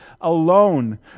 alone